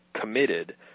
committed